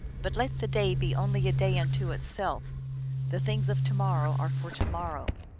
but let the day be only a day unto itself the things of to-morrow are for to-morrow,